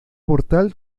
portal